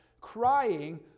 crying